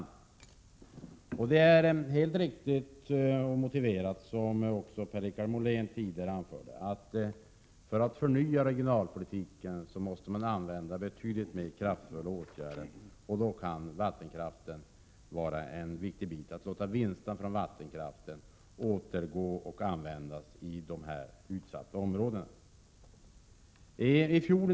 Det är helt riktigt och även motiverat att man, som Per-Richard Molén anförde, måste vidta betydligt kraftfullare åtgärder om man vill åstadkomma en förnyelse av regionalpolitiken. Vattenkraften kan då vara en viktig bit. Man kan nämligen låta de vinstmedel som vattenkraften skapar komma de här utsatta områdena till del.